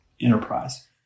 enterprise